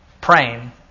praying